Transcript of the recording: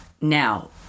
Now